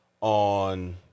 on